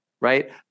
Right